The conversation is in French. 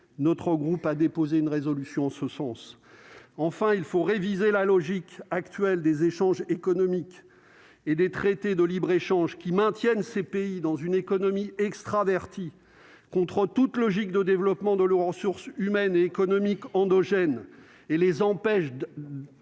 notre groupe a déposé une résolution en ce sens, enfin il faut réviser la logique actuelle des échanges économiques et des traités de libre-échange qui maintiennent ces pays dans une économie extravertie, contre toute logique de développement de l'en sources humaine et économique endogène et les empêche